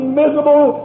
miserable